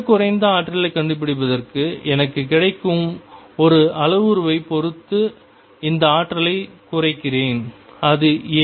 மிகக் குறைந்த ஆற்றலைக் கண்டுபிடிப்பதற்கு எனக்குக் கிடைக்கும் ஒரே அளவுருவைப் பொறுத்து இந்த ஆற்றலைக் குறைக்கிறேன் அது a